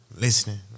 listening